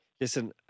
Listen